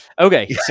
Okay